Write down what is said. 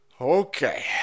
Okay